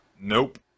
Nope